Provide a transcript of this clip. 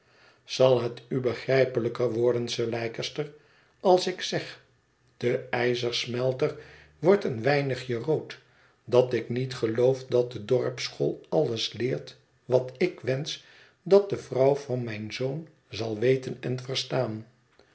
zal het u begrijpelijker worden sir leicester als ik zeg de ijzersmelter wordt een weinigje rood dat ik niet geloof dat de dorpsschool alles leert wat ik wensch dat de vrouw van mijn zoon zal weten en verstaan